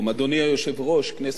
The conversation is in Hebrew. כנסת נכבדה,